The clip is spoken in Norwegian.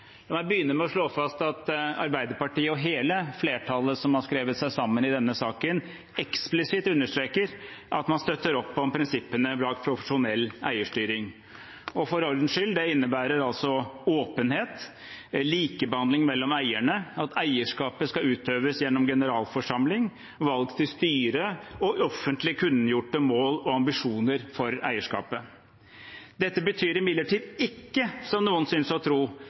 La meg begynne med å slå fast at Arbeiderpartiet og hele flertallet som har skrevet seg sammen i denne saken, eksplisitt understreker at man støtter opp om prinsippene bak profesjonell eierstyring. For ordens skyld: Det innebærer altså åpenhet, likebehandling mellom eierne, at eierskapet skal utøves gjennom generalforsamling, valg til styre og offentlig kunngjorte mål og ambisjoner for eierskapet. Dette betyr imidlertid ikke, som noen synes å tro,